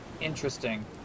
Interesting